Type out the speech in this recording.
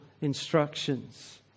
instructions